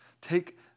take